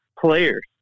players